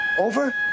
over